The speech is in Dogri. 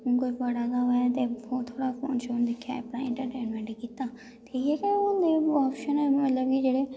हून कोई पढ़ा दा होऐ ते थोह्ड़ा फोन शोन दिक्खेआ अपना इंट्रटेनमैंट कीता ठीक ऐ इ'यै होंदा ऑप्शन मतलब कि जेह्ड़े